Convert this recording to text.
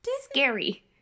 scary